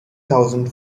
thousand